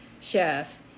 chef